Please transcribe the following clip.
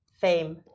fame